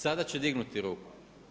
Sada će dignuti ruku.